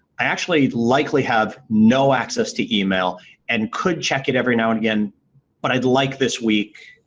i actually likely have no access to email and could check it every now and again but i'd like this week,